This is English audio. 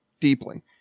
deeply